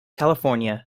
california